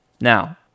Now